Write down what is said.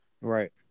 right